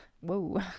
whoa